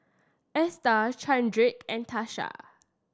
Esta Chadrick and Tasha